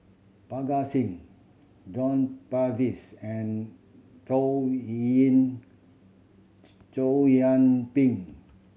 Parga Singh John Purvis and Chow Chow Yian Ping